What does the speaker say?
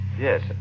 Yes